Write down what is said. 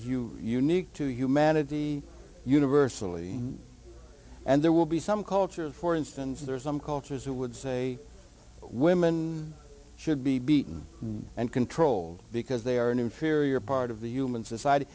you unique to humanity universally and there will be some cultures for instance there are some cultures who would say women should be beaten and controlled because they are an inferior part of the human society